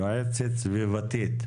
יועצת סביבתית,